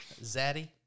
Zaddy